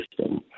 system